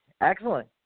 Excellent